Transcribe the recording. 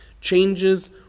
changes